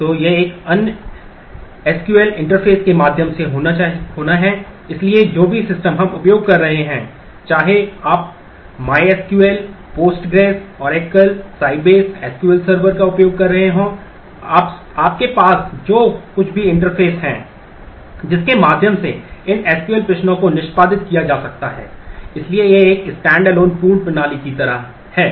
तो इन सभी को एसक्यूएल पूर्ण प्रणाली की तरह है